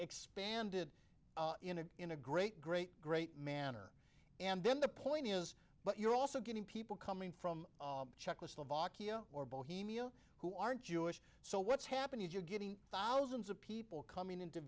expanded in a in a great great great manner and then the point is but you're also getting people coming from czechoslovakia or bohemia who are jewish so what's happening is you're getting thousands of people coming into